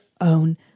own